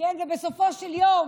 ובסופו של יום